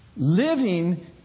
Living